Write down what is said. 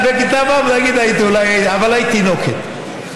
אבל היית תינוקת.